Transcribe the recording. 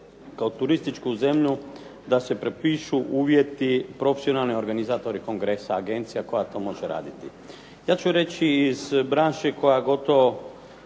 kao turističku zemlju da se prepišu uvjeti profesionalni organizatori kongresa agencija koja to može raditi. Ja ću reći iz branše koja gotovo